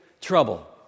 trouble